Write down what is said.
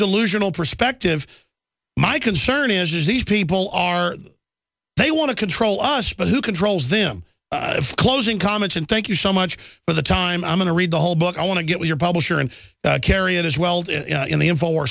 delusional perspective my concern is these people are they want to control us but who controls them closing comments and thank you so much for the time i'm going to read the whole book i want to get your publisher and carry on as well in the end fo